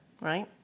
right